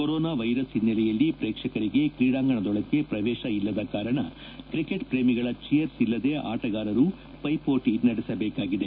corona virus ಹಿನ್ನೆಲೆಯಲ್ಲಿ ಶ್ರೇಕ್ಷಕರಿಗೆ ಕ್ರೀಡಾಂಗಣದೊಳಕ್ಕೆ ಪ್ರವೇಶ ಇಲ್ಲದ ಕಾರಣ ಕ್ರಿಕೆಟ್ ಶ್ರೇಮಿಗಳ ಚಿಯರ್ಸ್ ಇಲ್ಲದೆ ಆಟಗಾರರು ಪೈಪೋಟ ನಡೆಸಬೇಕಾಗಿದೆ